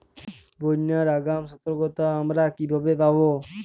বন্যার আগাম সতর্কতা আমরা কিভাবে পাবো?